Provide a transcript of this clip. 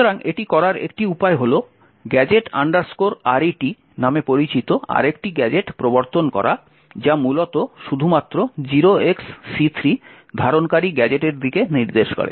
সুতরাং এটি করার একটি উপায় হল Gadget Ret নামে পরিচিত আরেকটি গ্যাজেট প্রবর্তন করা যা মূলত শুধুমাত্র 0xC3 ধারণকারী গ্যাজেটের দিকে নির্দেশ করে